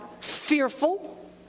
fearful